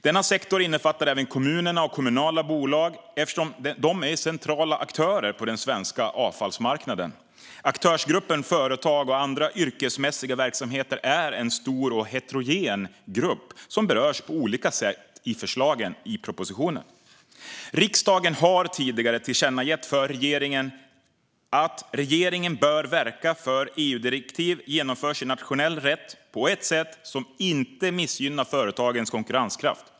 Denna sektor innefattar även kommunerna och kommunala bolag, eftersom de är centrala aktörer på den svenska avfallsmarknaden. Aktörsgruppen företag och andra yrkesmässiga verksamheter är en stor och heterogen grupp som berörs på olika sätt av förslagen i propositionen. Riksdagen har tidigare tillkännagett för regeringen att regeringen bör verka för att EU-direktiv genomförs i nationell rätt på ett sätt som inte missgynnar företagens konkurrenskraft.